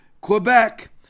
Quebec